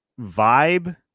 vibe